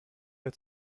der